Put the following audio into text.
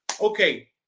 Okay